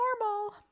normal